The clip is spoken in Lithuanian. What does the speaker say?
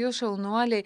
jūs šaunuoliai